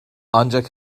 ancak